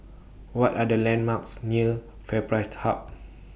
What Are The landmarks near FairPrice Hub